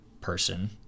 person